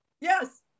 Yes